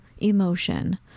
emotion